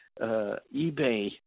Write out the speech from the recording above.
eBay